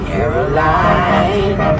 Caroline